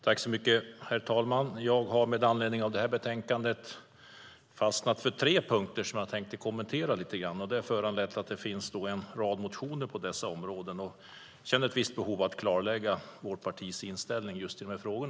Herr talman! Jag har med anledning av det här betänkandet fastnat för tre punkter som jag tänkte kommentera. Mina kommentarer föranleds av att det finns en rad motioner på dessa områden, och jag känner ett visst behov av att klarlägga vårt partis inställning till dessa frågor.